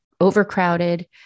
overcrowded